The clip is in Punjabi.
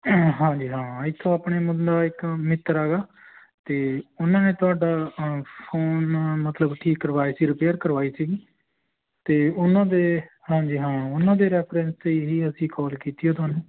ਹਾਂਜੀ ਹਾਂ ਇੱਥੋਂ ਆਪਣੇ ਮਤਲਬ ਇੱਕ ਮਿੱਤਰ ਹੈਗਾ ਅਤੇ ਉਹਨਾਂ ਨੇ ਤੁਹਾਡਾ ਫੋਨ ਮਤਲਬ ਠੀਕ ਕਰਵਾਏ ਸੀ ਰਿਪੇਅਰ ਕਰਵਾਏ ਸੀ ਜੀ ਅਤੇ ਉਹਨਾਂ ਦੇ ਹਾਂਜੀ ਹਾਂ ਉਹਨਾਂ ਦੇ ਰੇਫ੍ਰਨ੍ਸ 'ਤੇ ਹੀ ਅਸੀਂ ਕੋਲ ਕੀਤੀ ਆ ਤੁਹਾਨੂੰ